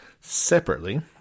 separately